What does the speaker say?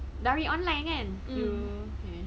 dari online kan